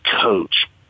coach